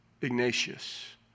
Ignatius